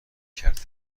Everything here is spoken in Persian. کرد